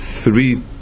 three